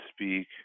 speak